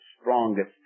strongest